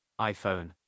iPhone